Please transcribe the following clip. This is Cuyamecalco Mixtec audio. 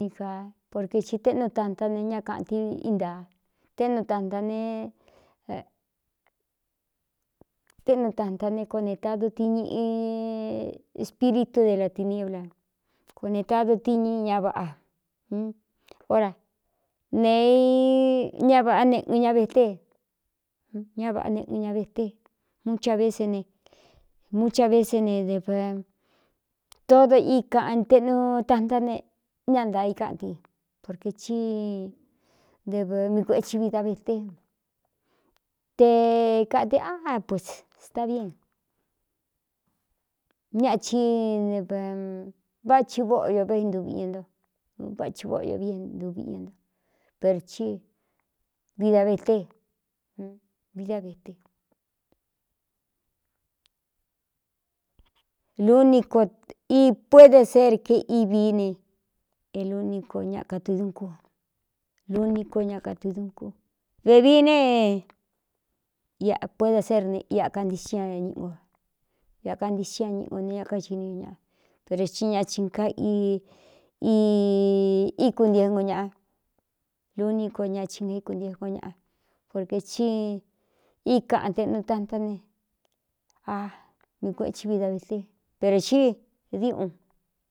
Porke ti téꞌnu tantá ne ña kāꞌan ti íntaa aatéꞌnu tanta ne koo netadu tiñuꞌi espíritu de lati niébla koo ne tadu tiñi ña vaꞌa ra neeīña vaꞌá neꞌɨn ña vete ñá vāꞌá neꞌɨn ña vete mu cha vé se ne mu cha vee ne d tódo í kaꞌan teꞌnu tantá ne ña ntaā ikáꞌnti porkē í ev mii kuechi vida vete te kate a puts staꞌa vién ñaachi váꞌachi vóꞌo yo véꞌintuvi ña nto váchi vóꞌo io viꞌ ntuviꞌi ña nto per cí davvidávtelúni ko i puéde ser ke ívií ne niko ña katɨiun kú lunico ña katɨi duncu vevií ne iꞌ puede sérne ikantixiña ñiꞌo iakantixí ña ñiꞌɨgo ne ña káxiní ño ñaꞌ pero tsí ñai íkuntiengo ñaꞌa luni co ñachi naíkuntiengo ñaꞌa porkē í í kaꞌan teꞌnu tantán ne a mii kuechi vida vete perō xí diuꞌun.